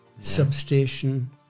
substation